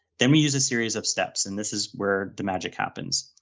then we use a series of steps, and this is where the magic happens.